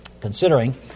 considering